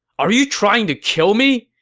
are you trying to kill me!